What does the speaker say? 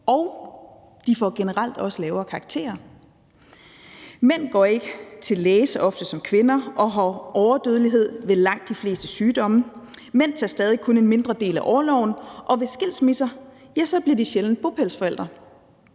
og de får generelt også lavere karakterer. Mænd går ikke til læge så ofte som kvinder og har overdødelighed ved langt de fleste sygdomme, mænd tager stadig kun en mindre del af orloven, og ved skilsmisser bliver de sjældent bopælsforældre.